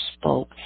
spoke